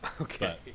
Okay